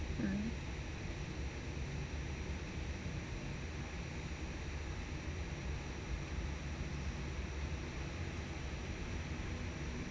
um